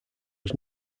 was